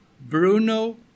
Bruno